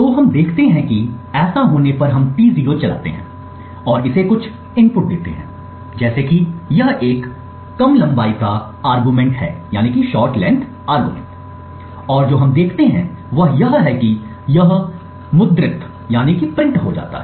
तो हम देखते हैं कि ऐसा होने पर हम T0 चलाते हैं और इसे कुछ इनपुट देते हैं जैसे कि यह एक कम लंबाई का आर्गुमेंट है और जो हम देखते हैं वह यह है कि यह मुद्रित हो जाता है कि स्तर पास नहीं हुआ है